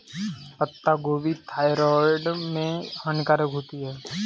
पत्ता गोभी थायराइड में हानिकारक होती है